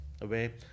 away